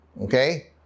okay